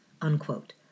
unquote